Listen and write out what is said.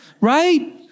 right